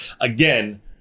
Again